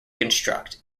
construct